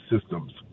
systems